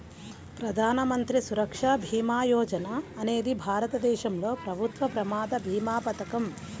ప్రధాన మంత్రి సురక్ష భీమా యోజన అనేది భారతదేశంలో ప్రభుత్వ ప్రమాద భీమా పథకం